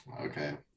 okay